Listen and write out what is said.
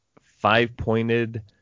five-pointed